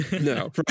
no